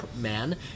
man